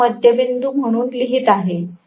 मी हा मध्यबिंदू म्हणून लिहीत आहे